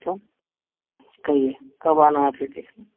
तो कहिए कब आना है फिर देखना